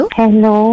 hello